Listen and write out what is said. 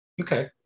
Okay